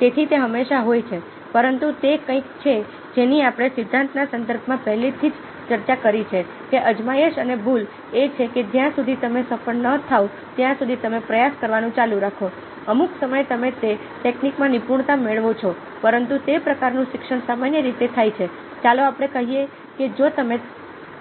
તેથી તે હંમેશા હોય છે પરંતુ તે કંઈક છે જેની આપણે સિદ્ધાંતના સંદર્ભમાં પહેલેથી જ ચર્ચા કરી છે કે અજમાયશ અને ભૂલ એ છે કે જ્યાં સુધી તે સફળ ન થાય ત્યાં સુધી તમે પ્રયાસ કરવાનું ચાલુ રાખો અમુક સમયે તમે તે ટેકનિકમાં નિપુણતા મેળવો છો પરંતુ તે પ્રકારનું શિક્ષણ સામાન્ય રીતે થાય છે ચાલો આપણે કહીએ કે જો તમે